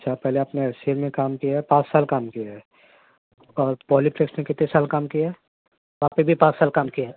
اچھا پہلے اپ نے ایس سی ایم میں کام کیا ہے پانچ سال کام کیا ہے اور پولیٹیکس میں کتنے سال کام کی ہے وہاں پہ بھی پانچ سال کام کیا ہے